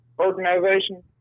organization